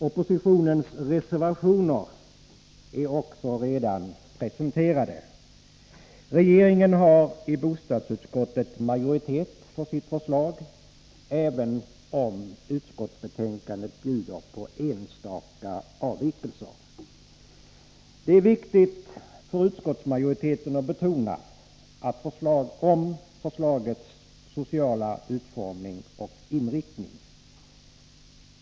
Oppositionens reservationer är också redan presenterade. Regeringen har i bostadsutskottet majoritet för sitt förslag, även om utskottsbetänkandet bjuder på enstaka avvikelser. Det är viktigt för utskottsmajoriteten att betona förslagets sociala utformning och inriktning.